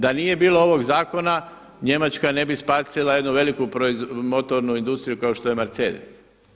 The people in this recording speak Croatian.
Da nije bilo ovog zakona Njemačka ne bi spasila jednu veliku motornu industriju kao što je Mercedes.